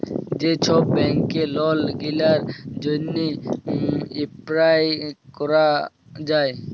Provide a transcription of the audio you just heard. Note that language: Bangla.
যে ছব ব্যাংকে লল গিলার জ্যনহে এপ্লায় ক্যরা যায়